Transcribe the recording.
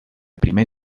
primer